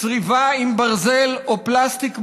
צריבה עם ברזל או עם פלסטיק מותך,